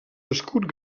escut